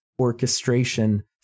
orchestration